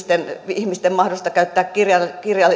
ihmisten mahdollisuutta käyttää kirjastoja